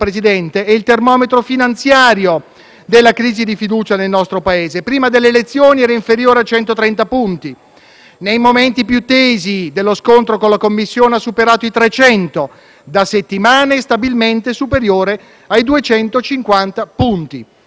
nei momenti più tesi dello scontro con la Commissione europea ha superato i 300 punti e da settimane è stabilmente superiore a 250 punti. Si tratta di una vera e propria stretta monetaria, che ci siamo autoimposti e che sta costando carissima al nostro Paese,